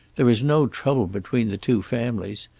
there is no trouble between the two families.